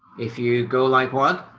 if you go like one,